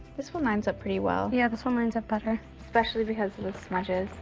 this one lines up pretty well. yeah, this one lines up better. especially because of the smudging.